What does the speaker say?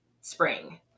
spring